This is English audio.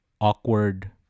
awkward